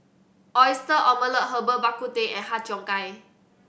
Oyster Omelette Herbal Bak Ku Teh and Har Cheong Gai